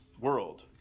world